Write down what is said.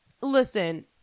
listen